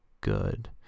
good